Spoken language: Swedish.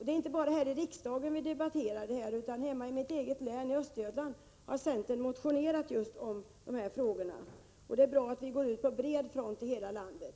Det är inte bara vi här i riksdagen som debatterar detta, utan det gör man även i mitt hemlän, Östergötlands län. Där har centern motionerat just i dessa frågor. Det är bra att vi således kan gå ut på bred front över hela landet.